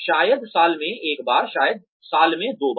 शायद साल में एक बार या शायद साल में दो बार